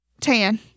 tan